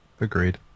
agreed